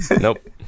Nope